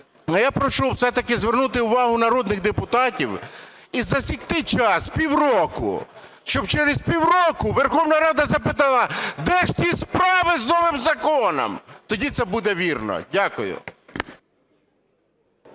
я прошу все-таки звернути увагу народних депутатів і засікти час, півроку, щоб через півроку Верховна Рада запитала, де ж ті справи з новим законом, тоді це буде вірно. Дякую.